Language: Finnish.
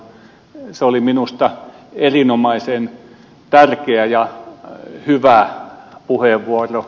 se oli minusta erinomaisen tärkeä ja hyvä puheenvuoro